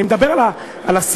אני מדבר על הסגנון.